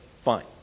fine